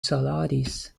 salaris